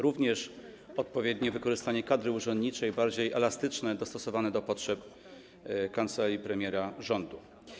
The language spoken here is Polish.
Również chodzi o odpowiednie wykorzystanie kadry urzędniczej, bardziej elastyczne, dostosowane do potrzeb kancelarii premiera, rządu.